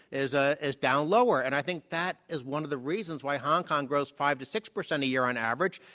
is ah is down lower. and i think that is one of the reasons why hong kong grows five to six percent a year on average,